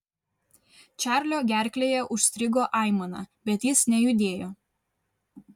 čarlio gerklėje užstrigo aimana bet jis nejudėjo